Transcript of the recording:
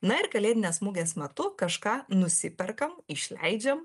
na ir kalėdinės mugės metu kažką nusiperkam išleidžiam